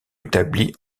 établi